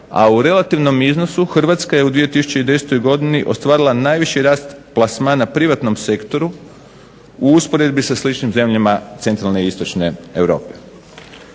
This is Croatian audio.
a u relativnom iznosu Hrvatska je u 2010. godini ostvarila najviši rast plasmana privatnom sektoru u usporedbi sa sličnim zemljama centralne i istočne Europe.